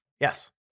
Yes